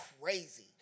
crazy